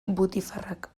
butifarrak